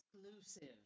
exclusive